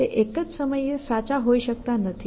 તે એક જ સમયે સાચા હોઈ શકતા નથી